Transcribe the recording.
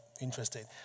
interested